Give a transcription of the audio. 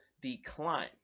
decline